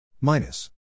minus